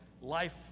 life